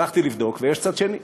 הלכתי לבדוק ויש צד שני.